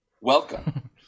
welcome